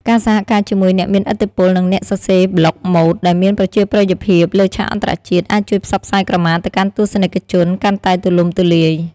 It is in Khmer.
ការសហការជាមួយ អ្នកមានឥទ្ធិពល និងអ្នកសរសេរប្លុកម៉ូដ ដែលមានប្រជាប្រិយភាពលើឆាកអន្តរជាតិ អាចជួយផ្សព្វផ្សាយក្រមាទៅកាន់ទស្សនិកជនកាន់តែទូលំទូលាយ។